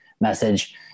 message